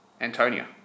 Antonia